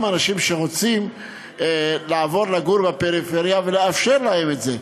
אנשים שרוצים לעבור לגור בפריפריה ולאפשר להם את זה.